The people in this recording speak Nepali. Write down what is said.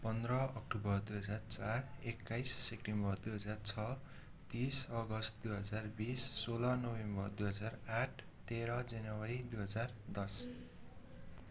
पन्ध्र अक्टोबर दुई हजार चार एक्काइस सेप्टेम्बर दुई हजार छ तिस अगस्त दुई हजार बिस सोह्र नोभेम्बर दुई हजार आठ तेह्र जनवरी दुई हजार दस